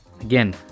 again